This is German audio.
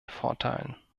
vorteilen